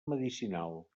medicinal